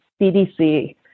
CDC